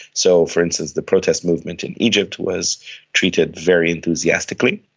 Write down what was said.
so, for instance, the protest movement in egypt was treated very enthusiastically,